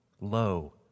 lo